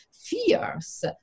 fears